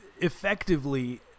effectively